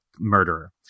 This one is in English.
murderer